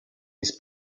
his